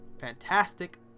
Fantastic